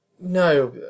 No